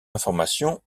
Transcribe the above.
informations